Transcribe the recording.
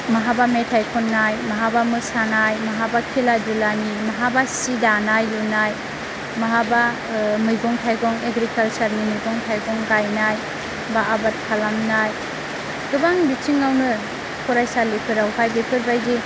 माहाबा मेथाय खननाय माहाबा मोसानाय माहाबा खेला धुलानि माहाबा सि दानाय लुनाय माहाबा मैगं थाइगं एग्रिकालचारनि मैगं थाइगं गायनाय बा आबाद खालामनाय गोबां बिथिङावनो फरायसालिफोरावहाय बेफोरबायदि